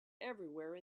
everywhere